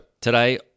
today